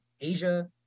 Asia